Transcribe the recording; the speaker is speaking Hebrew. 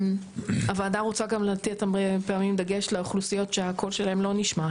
הוועדה רוצה גם לתת הרבה פעמים דגש לאוכלוסיות שהקול שלהן לא נשמע,